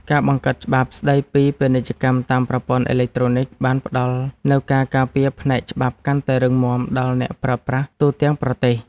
ការបង្កើតច្បាប់ស្តីពីពាណិជ្ជកម្មតាមប្រព័ន្ធអេឡិចត្រូនិកបានផ្តល់នូវការការពារផ្នែកច្បាប់កាន់តែរឹងមាំដល់អ្នកប្រើប្រាស់ទូទាំងប្រទេស។